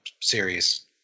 series